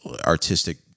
artistic